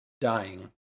dying